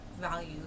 value